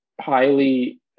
highly